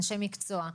אנשי מקצוע,